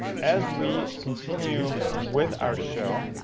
as we continue with our show.